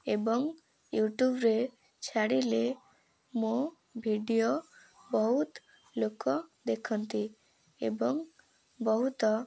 ଏବଂ ୟୁଟ୍ୟୁବ୍ରେ ଛାଡ଼ିଲେ ମୋ ଭିଡ଼ିଓ ବହୁତ ଲୋକ ଦେଖନ୍ତି ଏବଂ ବହୁତ